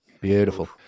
Beautiful